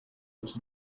does